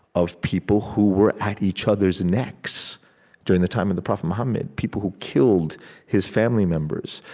of people who were at each other's necks during the time and the prophet mohammed, people who killed his family members,